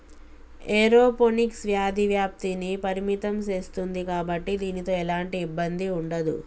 aeroponics వ్యాధి వ్యాప్తిని పరిమితం సేస్తుంది కాబట్టి దీనితో ఎలాంటి ఇబ్బంది ఉండదు